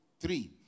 Three